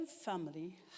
family